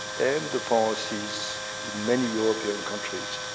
and the policies in many european countries